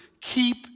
Keep